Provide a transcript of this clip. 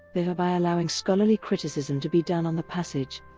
thereby allowing scholarly criticism to be done on the passage.